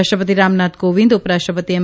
રાષ્ટ્ર તિ રામનાથ કોવિંદ ઉ રાષ્ટ્ર તિ એમ